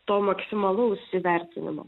to maksimalaus įvertinimo